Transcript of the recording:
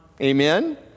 Amen